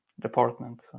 department